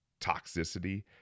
toxicity